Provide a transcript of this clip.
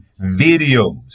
videos